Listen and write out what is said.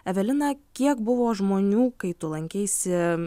evelina kiek buvo žmonių kai tu lankeisi